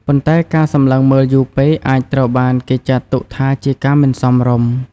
ប៉ុន្តែការសម្លឹងមើលយូរពេកអាចត្រូវបានគេចាត់ទុកថាជាការមិនសមរម្យ។